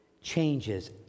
changes